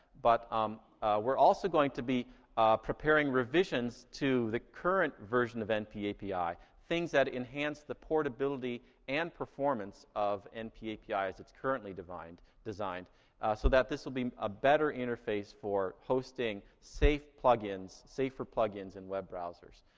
but um we're also going to be preparing revisions to the current version of npapi, things that enhance the portability and performance of npapi as it's currently designed, so that this will be a better interface for hosting safe plugins, safer plugins and web browsers.